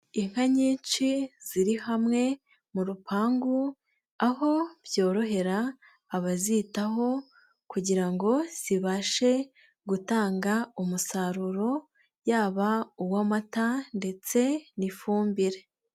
inka nyinshi ziri hamwe mu rupangu, aho byorohera abazitaho kugira ngo zibashe gutanga umusaruro, yaba uw'amata ndetse n'ifumbire.